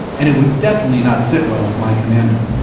and it would definitely not sit well with my commander